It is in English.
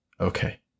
Okay